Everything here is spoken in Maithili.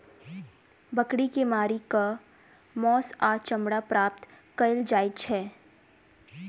बकरी के मारि क मौस आ चमड़ा प्राप्त कयल जाइत छै